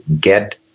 get